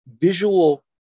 visual